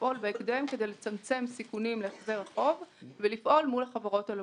כדי לצמצם סיכונים להחזר החוב ולפעול מול החברות הלוות.